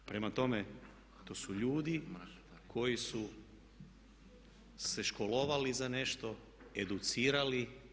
Prema tome, to su ljudi koji su se školovali za nešto, educirali.